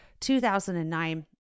2009